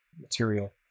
material